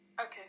Okay